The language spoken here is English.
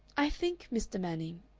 i think, mr. manning.